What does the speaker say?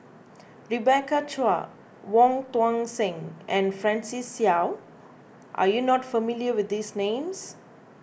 Rebecca Chua Wong Tuang Seng and Francis Seow are you not familiar with these names